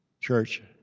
Church